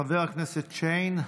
חבר הכנסת שיין.